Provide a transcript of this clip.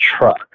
truck